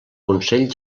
consell